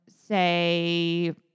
say